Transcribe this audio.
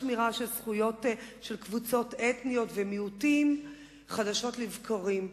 שמירה על קבוצות אתניות ומיעוטים חדשות לבקרים.